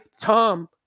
Tom